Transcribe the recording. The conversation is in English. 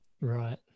Right